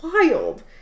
wild